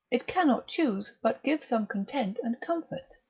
it cannot choose but give some content and comfort.